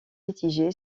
mitigé